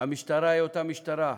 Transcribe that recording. והמשטרה היא אותה משטרה.